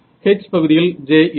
H பகுதியில் j இல்லை